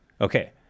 Okay